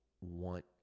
want